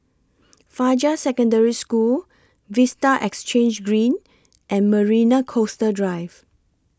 Fajar Secondary School Vista Exhange Green and Marina Coastal Drive